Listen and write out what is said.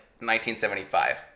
1975